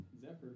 Zephyr